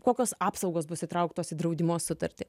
kokios apsaugos bus įtrauktos į draudimo sutartį